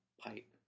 pipe